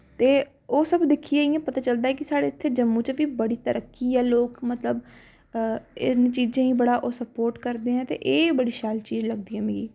तो ओह् सब दिक्खियै इ'यां सब पता चलदा ऐ कि साढ़े इत्थै जम्मू च बी बड़ी तरक्की ऐ लोक मतलब इ'नें चीजें गी बड़ा स्पोट करदे ऐं ते एह् बड़ी शैल चीज लगदी ऐ मिगी